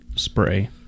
spray